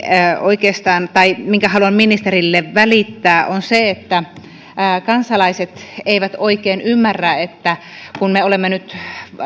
oikeastaan huoleni jonka haluan ministerille välittää on se että kansalaiset eivät oikein ymmärrä että kun me olemme nyt